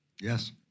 Yes